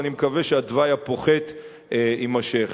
ואני מקווה שהתוואי הפוחת יימשך.